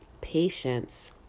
patience